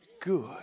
Good